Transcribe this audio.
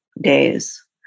days